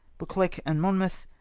buccleuch and monmouth.